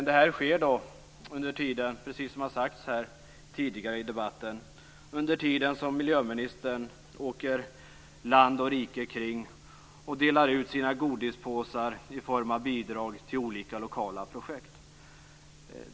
Detta sker, som har sagts här tidigare i debatten, under tiden som miljöministern åker land och rike kring och delar ut sina godispåsar i form av bidrag till olika, lokala projekt.